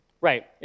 Right